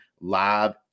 live